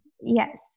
Yes